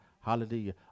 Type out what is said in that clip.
Hallelujah